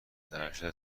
ارشد